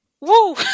Woo